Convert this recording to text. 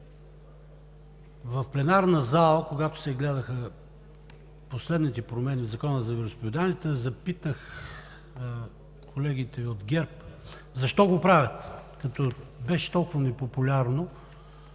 в пленарната зала последните промени в Закона за вероизповеданията, запитах колегите от ГЕРБ защо го правят, като беше толкова непопулярно